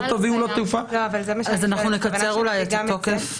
אולי נקצר את התוקף?